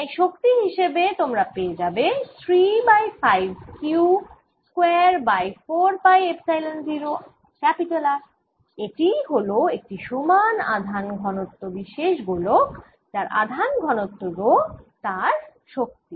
তাই শক্তি হিসেবে তোমরা পেয়ে যাবে 3 by 5Q square by 4 pi epsilon 0 R এটিই হল একটি সমান আধান ঘনত্ব বিশেষ গোলক যার আধান ঘনত্ব রো এর শক্তি